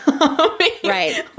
right